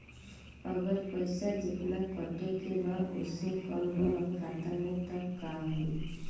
अगर पैसा जेतना कटे के बा ओसे कम रहल खाता मे त का होई?